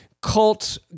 cult